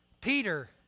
Peter